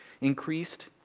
increased